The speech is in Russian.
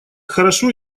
хорошо